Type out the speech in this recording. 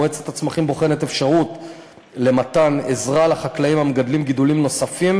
מועצת הצמחים בוחנת אפשרות מתן עזרה לחקלאים המגדלים גידולים נוספים,